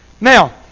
Now